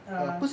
ah